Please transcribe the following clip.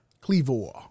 Cleaver